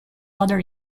other